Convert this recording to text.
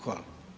Hvala.